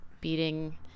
beating